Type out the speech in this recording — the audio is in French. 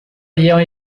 ayant